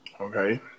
Okay